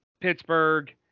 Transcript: Pittsburgh